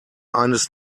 eines